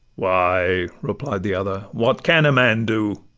why, replied the other, what can a man do?